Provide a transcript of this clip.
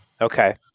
okay